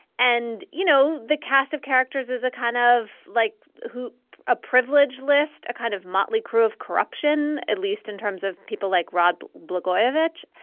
and you know, the cast of characters is a kind of like who a privilege list, a kind of motley crew of corruption, at least in terms of people like rod blagojevich.